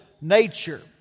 nature